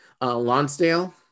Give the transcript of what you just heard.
Lonsdale